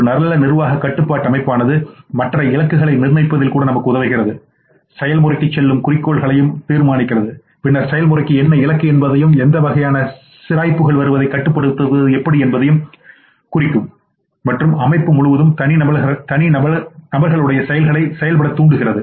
ஒரு நல்ல நிர்வாகக் கட்டுப்பாடு அமைப்பானது மற்ற இலக்குகளை நிர்ணயிப்பதில் கூட நமக்கு உதவுகிறது செயல்முறைக்கு செல்லும் குறிக்கோள்களையும் தீர்மானிக்கிறது பின்னர் செயல்முறைக்கு என்ன இலக்கு என்பதையும் எந்த வகையான சிராய்ப்புகள் வருவதைக் கட்டுப்படுத்துவது எப்படி என்பதைக் குறிக்கும் மற்றும் அமைப்பு முழுவதும் தனிநபர்களை செயல்பட தூண்டுகிறது